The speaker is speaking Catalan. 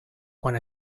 quan